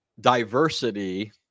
diversity